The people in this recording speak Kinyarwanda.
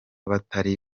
batari